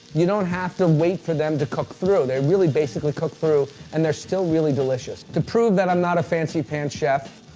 you don't have to wait for them to cook through. they really, basically cook through, and they're still really delicious. to prove that i'm not a fancy-pants chef,